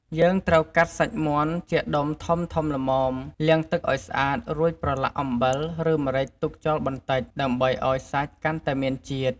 យើងត្រូវកាត់សាច់មាន់ជាដុំធំៗល្មម លាងទឹកឱ្យស្អាត រួចប្រឡាក់អំបិល ឬម្រេចទុកចោលបន្តិច ដើម្បីឱ្យសាច់កាន់តែមានជាតិ។